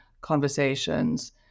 conversations